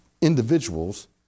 individuals